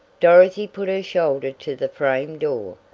dorothy put her shoulder to the frame door,